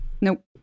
Nope